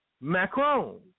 Macron